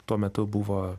tuo metu buvo